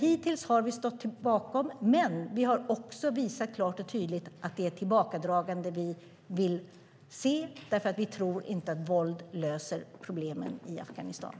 Hittills har vi stått bakom den, men vi har visat klart och tydligt att det är ett tillbakadragande vi vill se därför att vi inte tror att våld löser problemen i Afghanistan.